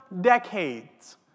decades